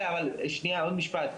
עוד משפט,